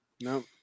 No